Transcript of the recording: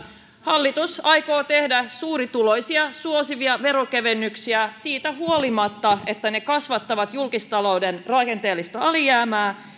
hallitus aikoo tehdä suurituloisia suosivia verokevennyksiä siitä huolimatta että ne kasvattavat julkistalouden rakenteellista alijäämää